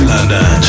London